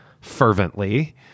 fervently